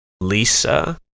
Lisa